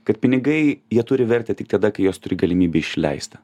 kad pinigai jie turi vertę tik tada kai juos turi galimybę išleisti